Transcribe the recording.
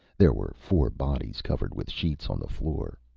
there were four bodies covered with sheets on the floor.